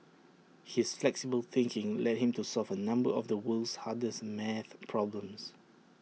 his flexible thinking led him to solve A number of the world's hardest math problems